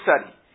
study